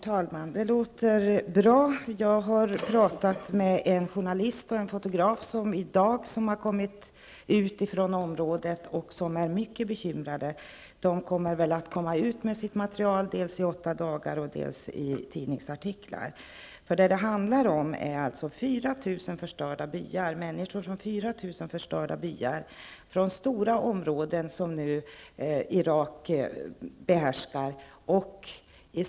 Herr talman! Det låter bra. Jag har i dag talat med en journalist och en fotograf som har kommit ut från området och som är mycket bekymrade. De kommer väl att gå ut med sitt material dels i ''8 dagar'', dels i tidningsartiklar. Vad det handlar om är människor från 4 000 förstörda byar, utspridda i stora områden som nu behärskas av Irak.